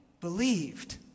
believed